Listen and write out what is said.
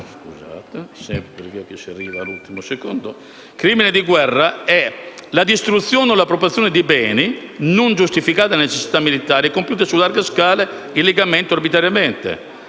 Il crimine di guerra è la distruzione o l'appropriazione di beni non giustificata da necessità militari e compiuta su larga scala illegalmente o arbitrariamente;